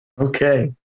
Okay